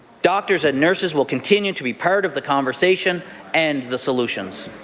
doctors and nurses will continue to be part of the conversation and the solutions.